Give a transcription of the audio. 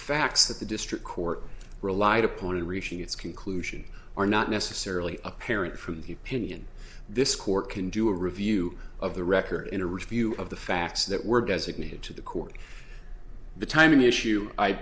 facts that the district court relied upon in reaching its conclusion are not necessarily apparent from the opinion this court can do a review of the record in a review of the facts that were designated to the court the timing issue